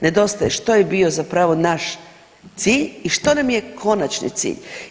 Nedostaje što je bio zapravo naš cilj i što nam je konačni cilj.